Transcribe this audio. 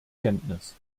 kenntnis